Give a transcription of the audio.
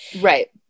right